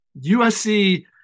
USC